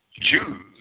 Jews